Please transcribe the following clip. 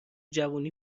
جوونی